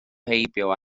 heibio